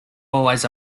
always